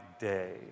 day